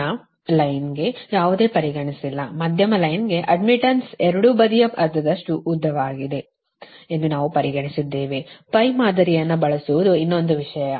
ಸಣ್ಣ ಲೈನ್ಗೆ ಯಾವುದನ್ನೂ ಪರಿಗಣಿಸಿಲ್ಲ ಮಧ್ಯಮ ರೇಖೆಯ ಅಡ್ಡ್ಮಿಟ್ಟನ್ಸ್ ಎರಡೂ ಬದಿಯ ಅರ್ಧದಷ್ಟು ಉದ್ದವಾಗಿದೆ ಎಂದು ನಾವು ಪರಿಗಣಿಸಿದ್ದೇವೆ ಮಾದರಿಯನ್ನು ಬಳಸುವುದು ಇನ್ನೊಂದು ವಿಷಯ